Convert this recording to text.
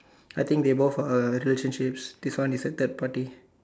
I think they both uh relationships this one is a third party